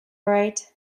right